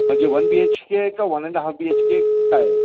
म्हणजे one B H K का one and half B H K काय